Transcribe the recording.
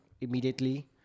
immediately